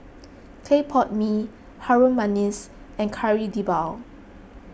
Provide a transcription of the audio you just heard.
Clay Pot Mee Harum Manis and Kari Debal